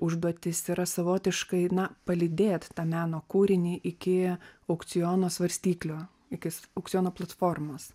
užduotis yra savotiškai palydėt tą meno kūrinį iki aukciono svarstyklių iki aukciono platformos